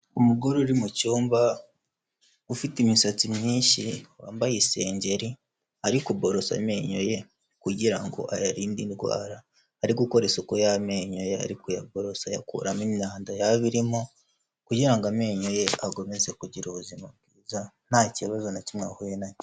Umugore uri mu cyumba ufite imisatsi myinshi, wambaye isengeri ari kuborosa amenyo ye kugira ngo ayarinde indwara, ari gukora isuku y'amenyo ye ari kuyaborosa ayakuramo imyanda yaba irimo kugira ngo amenyo ye akomeze kugira ubuzima bwiza nta kibazo na kimwe ahuye nacyo.